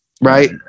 Right